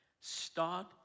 Start